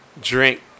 drink